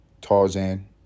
Tarzan